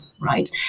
right